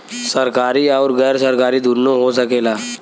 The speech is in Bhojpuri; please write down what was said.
सरकारी आउर गैर सरकारी दुन्नो हो सकेला